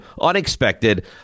unexpected